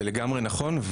זה לגמרי נכון,